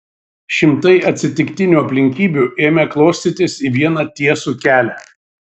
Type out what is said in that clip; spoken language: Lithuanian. šimtai atsitiktinių aplinkybių ėmė klostytis į vieną tiesų kelią